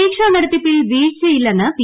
പരീക്ഷ നടത്തിപ്പിൽ വീഴ്ച്ച്ചിയില്ലെന്ന് പി